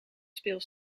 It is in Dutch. speel